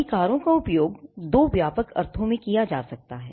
अधिकारों का उपयोग दो व्यापक अर्थों में किया जा सकता है